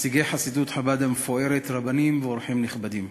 נציגי חסידות חב"ד המפוארת, רבנים ואורחים נכבדים,